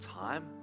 time